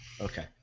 Okay